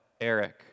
Eric